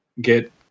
get